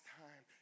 time